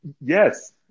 Yes